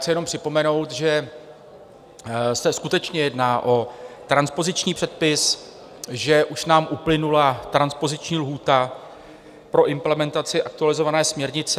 Chci jenom připomenout, že se skutečně jedná o transpoziční předpis, že už nám uplynula transpoziční lhůta pro implementaci aktualizované směrnice.